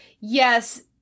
yes